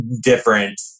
Different